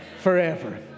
forever